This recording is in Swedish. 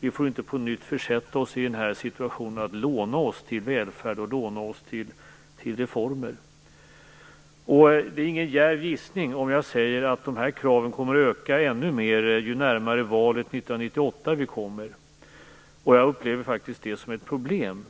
Vi får inte på nytt försätta oss i situationen att låna oss till välfärd och reformer. Det är ingen djärv gissning om jag säger att dessa krav kommer att öka ännu mer ju närmare valet 1998 vi kommer. Jag upplever faktiskt det som ett problem.